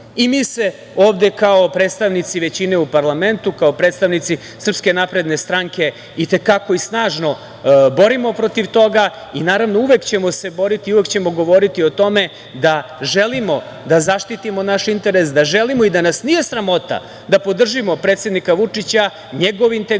se ovde kao predstavnici većine u parlamentu, kao predstavnici SNS i te kako i snažno borimo protiv toga i uvek ćemo se boriti, uvek ćemo govoriti o tome da želimo da zaštitimo naš interes, da želimo i da nas nije sramota da podržimo predsednika Vučića, njegov integritet,